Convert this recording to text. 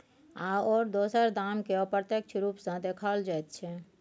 आओर दोसर दामकेँ अप्रत्यक्ष रूप सँ देखाओल जाइत छै